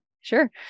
sure